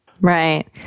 Right